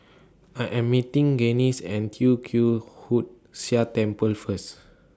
I Am meeting Gaines At Tee Kwee Hood Sia Temple First